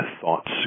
thoughts